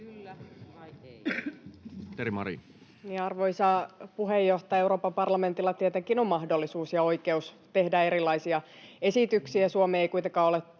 Arvoisa puheenjohtaja! Euroopan parlamentilla tietenkin on mahdollisuus ja oikeus tehdä erilaisia esityksiä, ja Suomi ei kuitenkaan ole